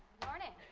morning.